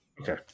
okay